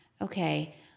okay